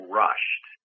rushed